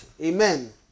Amen